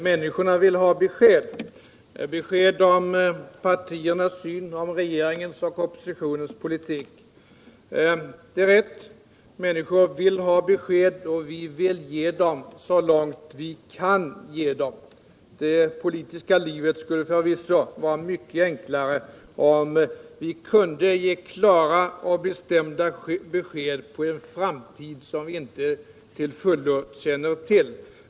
Herr talman! Olof Palme säger att människorna vill ha besked om regeringens och oppositionens politik, och det är riktigt. Vi vill också ge dem besked så långt vi kan. Det politiska livet skulle förvisso vara mycket enklare om vi kunde ge klara och bestämda besked om en framtid som vi inte till fullo känner till.